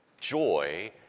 joy